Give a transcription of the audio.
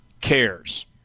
cares